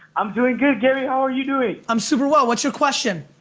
i'm doing good, gary, how are you doing? i'm super well. what's your question?